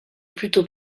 plutôt